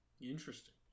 Interesting